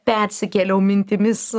persikėliau mintimis